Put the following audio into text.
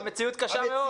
המציאות קשה מאוד.